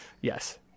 Yes